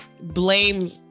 blame